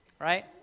right